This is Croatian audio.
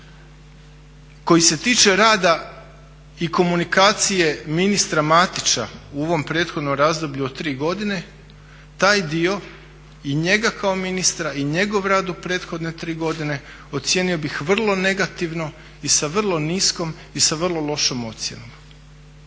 koji se tiče rada i komunikacije ministra Matića u ovom prethodnom razdoblju od tri godine taj dio i njega kao ministra i njegov rad u prethodne tri godine ocijenio bih vrlo negativno i sa vrlo niskom i sa vrlo lošom ocjenom.